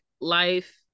life